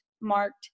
marked